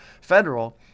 federal